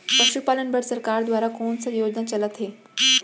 पशुपालन बर सरकार दुवारा कोन स योजना चलत हे?